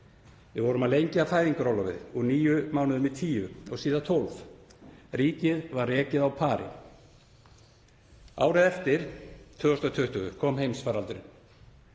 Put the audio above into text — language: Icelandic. Við vorum að lengja fæðingarorlofið úr níu mánuðum í tíu og síðar í 12. Ríkið var rekið á pari. Árið eftir, 2020, kom heimsfaraldurinn.